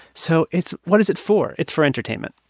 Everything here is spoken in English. so it's what is it for? it's for entertainment